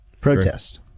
Protest